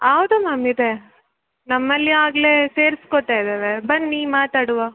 ಹೌದು ಮ್ಯಾಮ್ ಇದೆ ನಮ್ಮಲ್ಲಿ ಆಗಲೇ ಸೇರ್ಸ್ಕೊತಾ ಇದ್ದೇವೆ ಬನ್ನಿ ಮಾತಾಡುವ